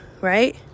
Right